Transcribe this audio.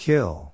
Kill